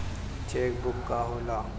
Check book का होला?